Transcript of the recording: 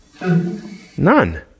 none